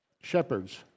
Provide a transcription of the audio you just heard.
shepherds